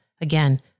again